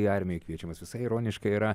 į armiją kviečiamas visai ironiška yra